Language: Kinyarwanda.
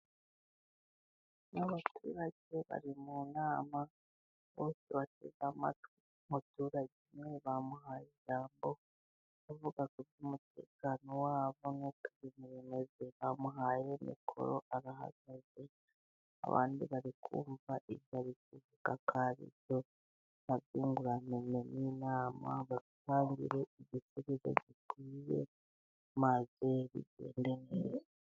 Abaturage bari mu nama, aho bateze amatwi, umuturage bamuhaye ijambo ari kuvugaga ko umutekano wabo nk'ukorimune amuhaye mikoro, arahagaze abandi barikumva igbyo ari kuvuga ko aribyo, bunguraniye n'inama batangire igisubizo maze bigende neza.